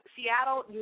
Seattle